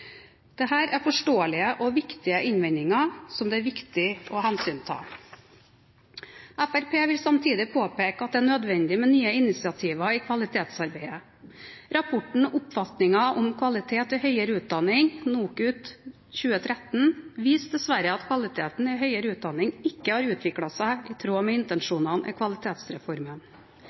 er forståelige og viktige innvendinger, som det er viktig å hensynta. Fremskrittspartiet vil samtidig påpeke at det er nødvendig med nye initiativer i kvalitetsarbeidet. Rapporten «Oppfatninger om kvalitet i høyere utdanning» – NOKUT, 2013 – viser dessverre at kvaliteten i høyere utdanning ikke har utviklet seg i tråd med intensjonene i Kvalitetsreformen.